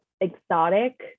exotic